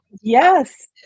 yes